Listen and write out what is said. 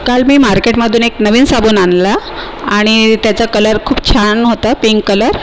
काल मी मार्केटमधून एक नवीन साबण आणला आणि त्याचा कलर खूप छान होतं पिंक कलर